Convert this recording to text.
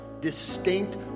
distinct